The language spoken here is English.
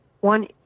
one